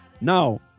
Now